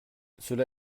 cela